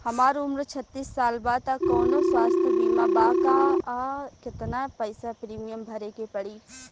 हमार उम्र छत्तिस साल बा त कौनों स्वास्थ्य बीमा बा का आ केतना पईसा प्रीमियम भरे के पड़ी?